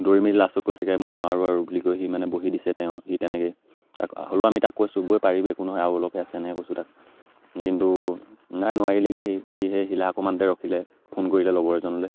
দৌৰি মেলি লাষ্টত কৈছেগৈ মই নোৱাৰোঁ আৰু বুলি কৈ সি মানে বহি দিছে তেওঁ সি তেনেকৈ তাক হ'লেও আমি তাক কৈছোঁ বৈ পাৰিবি একো নহয় আৰু অলপহে আছে এনেকৈ কৈছোঁ তাক কিন্তু নাই নোৱাৰিলেগৈ সি সি সেই শিলা অকণমানতে ৰখিলে ফোন কৰিলে লগৰ এজনলৈ